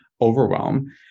overwhelm